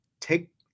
take